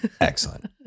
Excellent